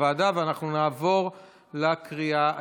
אנחנו נעבור לקריאה השלישית.